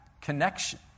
connection